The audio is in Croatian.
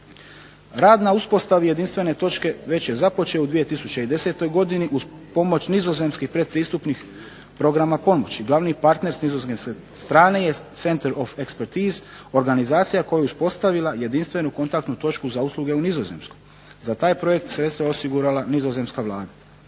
Rad na uspostavi jedinstvene točke već je započeo u 2010. godini uz pomoć nizozemskih predpristupnih programa pomoći. Glavni partner s nizozemske strane jest Center Of Expertise organizacija koja je uspostavila jedinstvenu kontaktnu točku za usluge u Nizozemskoj. Za taj projekt sredstva je osigurala nizozemska Vlada.